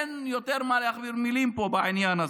אין מה להכביר מילים פה בעניין הזה.